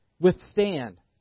Withstand